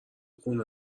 خونه